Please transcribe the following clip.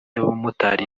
y’abamotari